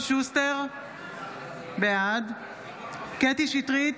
בעד קטי קטרין שטרית,